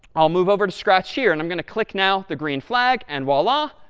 i'll move over to scratch here, and i'm going to click now the green flag. and voila,